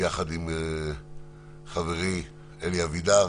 יחד עם חברי, אלי אבידר.